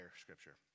Scripture